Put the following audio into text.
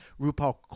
RuPaul